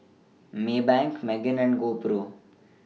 Maybank Megan and GoPro